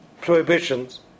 prohibitions